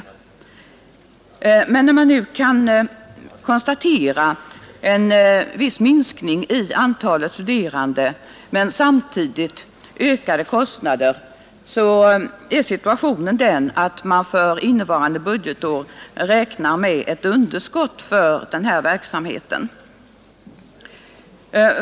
När man nu kan konstatera en viss minskning i antalet studerande men samtidigt ökade kostnader, är situationen den, att man för innevarande budgetår räknar med ett underskott för den här verksamheten.